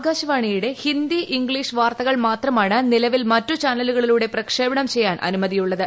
ആകാശവാണിയുടെ ഹിന്ദി ഇംഗ്ലീഷ് വാർത്തകൾ മാത്രമാണ് നിലവിൽ മറ്റു ചാനലുകളിലൂളട പ്രക്ഷേപണം ചെയ്യാൻ അനുമതിയുള്ളത്